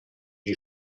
die